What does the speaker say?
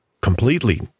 completely